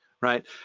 right